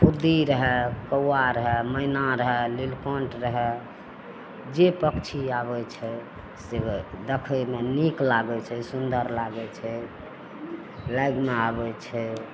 फुद्दी रहै कौआ रहै मैना रहै नीलकण्ठ रहै जे पक्षी आबै छै से देखैमे नीक लागै छै सुन्दर लागै छै लागिमे आबै छै